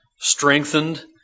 strengthened